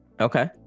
okay